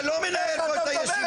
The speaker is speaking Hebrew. אתה לא מנהל פה את הישיבה.